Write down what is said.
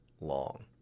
long